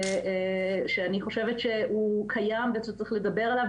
שאני חושבת שהוא קיים וצריך לדבר עליו,